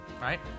Right